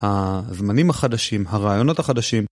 הזמנים החדשים, הרעיונות החדשים.